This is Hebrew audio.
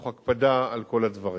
תוך הקפדה על כל הדברים.